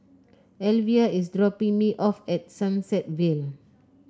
Elvia is dropping me off at Sunset Vale